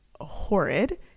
horrid